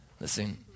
Listen